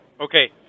Okay